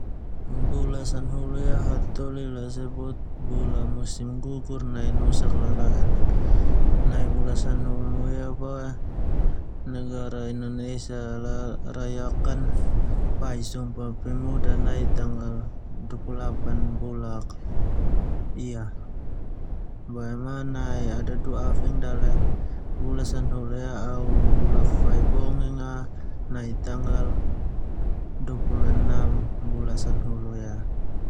Bula sanahulu ia hataholi a sebut bula musim gugur nai nusak lala'en. Nai bula sanahulu ia boe negara indonesia ala rayakan fai sumpah pemuda nai tanggal 28 bulak ia, boma nai au dudua afing dale bula sanahulu au bula fafai bonging a nai tanggal 26 bula sanahulu ia.